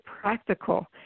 practical